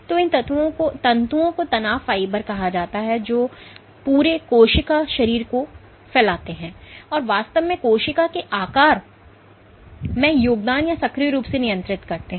तो इन तंतुओं को तनाव फाइबर कहा जाता है जो पूरे कोशिका शरीर को फैलाते हैं और वास्तव में कोशिका के आकार में योगदान या सक्रिय रूप से नियंत्रित करते हैं